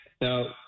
now